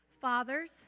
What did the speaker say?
Fathers